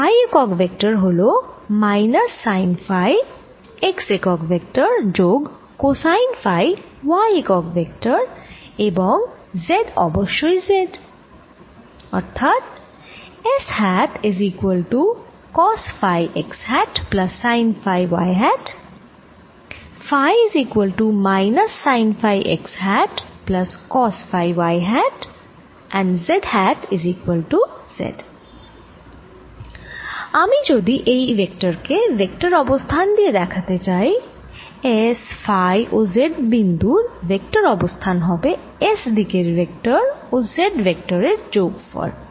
phi একক vector হল minus sine phi x একক ভেক্টর যোগ কোসাইন ফাই y একক ভেক্টর এবং z অবশ্যই z আমি যদি এই ভেক্টর কে ভেক্টর অবস্থান দিয়ে দেখাতে চাই S ফাই ও z বিন্দুর ভেক্টর অবস্থান হবে S দিকের ভেক্টর ও z ভেক্টরের যোগ ফল